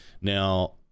Now